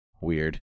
weird